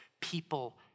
people